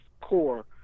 core